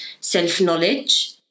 self-knowledge